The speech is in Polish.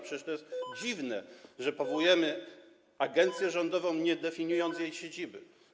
Przecież to jest dziwne, że powołujemy agencję rządową, nie definiując jej siedziby.